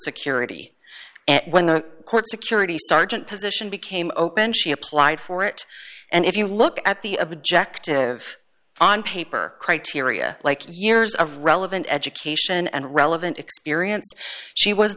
security when the court security sergeant position became open she applied for it and if you look at the objective on paper criteria like years of relevant education and relevant